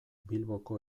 bilboko